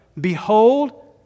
behold